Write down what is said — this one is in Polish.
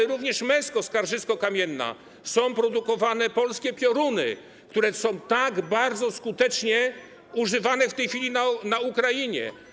To również Mesko w Skarżysku-Kamiennej, gdzie są produkowane polskie Pioruny, które są tak bardzo skutecznie używane w tej chwili na Ukrainie.